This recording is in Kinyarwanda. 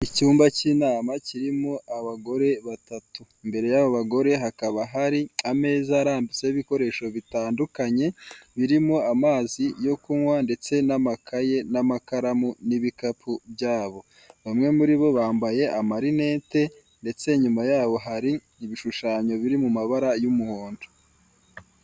Icyumba cy'inama kirimo abagore batatu. Imbere y'abo bagore hakaba hari ameza arambitseho ibikoresho bitandukanye, birimo amazi yo kunywa ndetse n'amakaye n'amakaramu n'ibikapu byabo. Bamwe muri bo bambaye amarinete ndetse Inyuma yaho hari ibishushanyo biri mu mabara y'umuhondo.